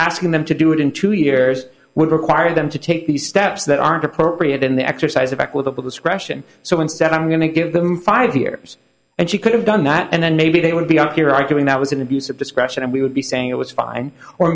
asking them to do it in two years would require them to take these steps that aren't appropriate in the exercise of equitable discretion so instead i'm going to give them five years and she could have done that and then maybe they would be out here arguing that was an abuse of discretion and we would be saying it was fine or